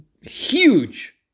huge